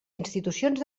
institucions